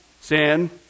Sin